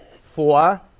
Four